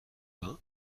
vingt